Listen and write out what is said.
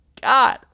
God